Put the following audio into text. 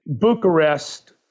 Bucharest